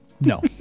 No